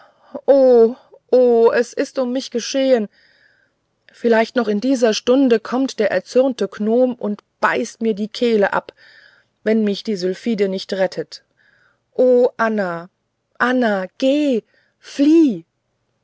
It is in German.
o es ist um mich geschehn vielleicht noch in dieser stunde kommt der erzürnte gnome und beißt mir die kehle ab wenn mich die sylphide nicht rettet o anna anna